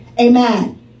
Amen